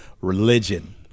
religion